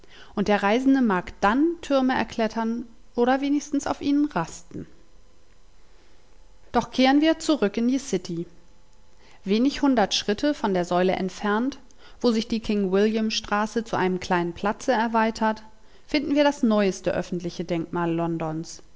und der reisende mag dann türme erklettern oder wenigstens auf ihnen rasten doch kehren wir zurück in die city wenig hundert schritte von der säule entfernt wo sich die king williamsstraße zu einem kleinen platze erweitert finden wir das neueste öffentliche denkmal londons